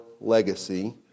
legacy